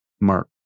Mark